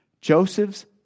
Joseph's